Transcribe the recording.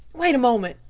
wait a moment,